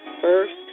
First